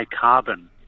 carbon